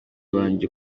banjye